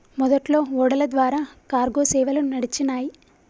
మొదట్లో ఓడల ద్వారా కార్గో సేవలు నడిచినాయ్